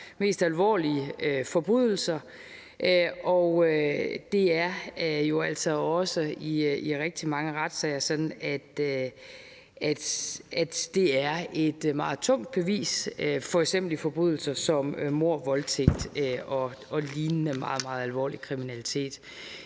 allermest alvorlige forbrydelser. Og det er jo altså også i rigtig mange retssager sådan, at det er et meget tungtvejende bevis, f.eks. i forbindelse med forbrydelser som mord, voldtægt og lignende meget, meget alvorlig kriminalitet.